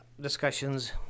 discussions